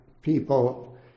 people